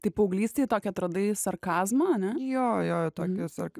tai paauglystėj tokį atradai sarkazmą ane jo jo tokį tokį